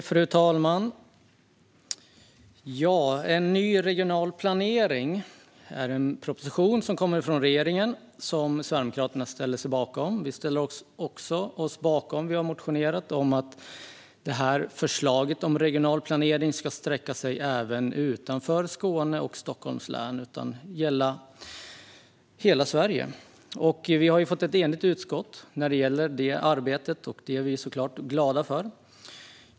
Fru talman! En ny regional planering är en proposition från regeringen som vi sverigedemokrater ställer oss bakom. Vi ställer oss också bakom och har motionerat om att förslaget om regional planering ska sträcka sig utanför Skåne och Stockholms län och gälla hela Sverige. Vi har fått ett enigt utskott bakom detta arbete, och det är vi såklart glada för.